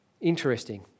Interesting